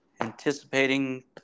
anticipating